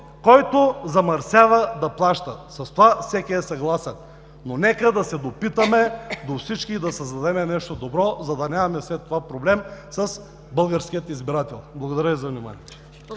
който замърсява – да плаща. С това всеки е съгласен, но нека да се допитаме до всички, да създадем нещо добро, за да нямаме след това проблем с българския избирател. Благодаря Ви за вниманието.